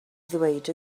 ddweud